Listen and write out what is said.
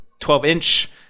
12-inch